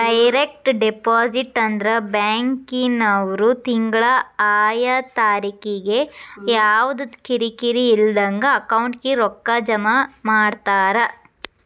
direct deposit ಅಂದ್ರ ಬ್ಯಾಂಕಿನ್ವ್ರು ತಿಂಗ್ಳಾ ಆಯಾ ತಾರಿಕಿಗೆ ಯವ್ದಾ ಕಿರಿಕಿರಿ ಇಲ್ದಂಗ ಅಕೌಂಟಿಗೆ ರೊಕ್ಕಾ ಜಮಾ ಮಾಡ್ತಾರ